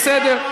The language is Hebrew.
בסדר.